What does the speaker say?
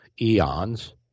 eons